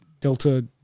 Delta